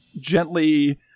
gently